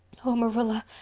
oh, marilla,